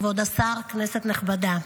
כבוד השר, כנסת נכבדה,